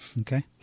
Okay